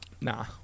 Nah